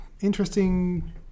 interesting